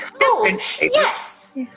yes